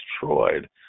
destroyed